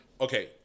Okay